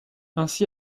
ainsi